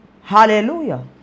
hallelujah